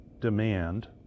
demand